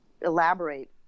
elaborate